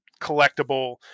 collectible